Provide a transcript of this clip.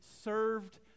served